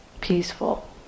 peaceful